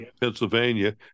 Pennsylvania